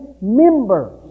members